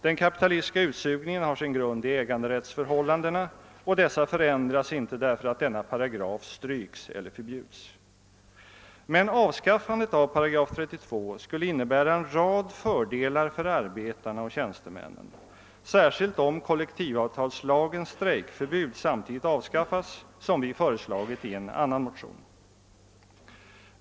Den kapitalistiska utsugningen har sin grund i äganderättsförhållandena, och dessa förändras inte därför att denna paragraf stryks eller förbjuds. Men avskaffandet av 8 32 skulle innebära en rad fördelar för arbetarna och tjänstemännen, särskilt om kollektivavtalslagens strejkförbud samtidigt avskaffas, som vi föreslagit i en annan motion.